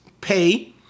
pay